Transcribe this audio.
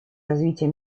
развития